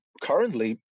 currently